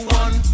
one